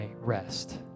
rest